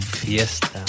Fiesta